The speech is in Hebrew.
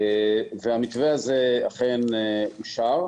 המתווה הזה אכן אושר.